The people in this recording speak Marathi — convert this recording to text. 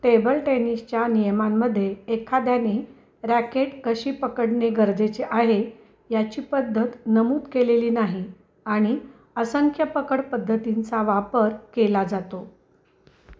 टेबल टेनिसच्या नियमांमध्ये एखाद्यानी रॅकेट कशी पकडणे गरजेचे आहे याची पद्धत नमूद केलेली नाही आणि असंख्य पकड पद्धतींचा वापर केला जातो